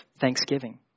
thanksgiving